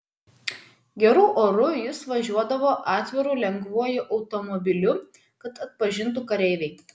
geru oru jis važiuodavo atviru lengvuoju automobiliu kad atpažintų kareiviai